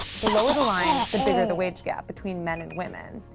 the lower the line, the bigger the wage gap between men and women.